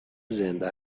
زنده